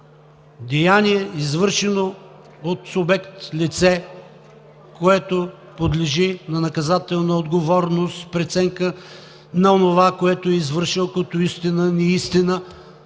деяние, извършено от субект, лице, което подлежи на наказателна отговорност, преценка на онова, което е извършил, като истина, неистина.